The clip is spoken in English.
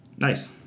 Nice